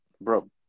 Bro